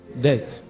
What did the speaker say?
Death